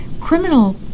criminal